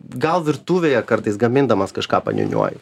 gal virtuvėje kartais gamindamas kažką paniūniuoju